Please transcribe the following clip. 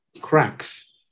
cracks